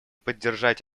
поддержать